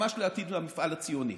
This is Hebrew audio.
ממש לעתיד המפעל הציוני,